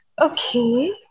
Okay